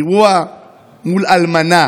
אירוע מול אלמנה